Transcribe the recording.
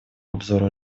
обзору